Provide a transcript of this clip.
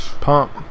Pump